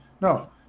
no